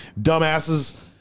dumbasses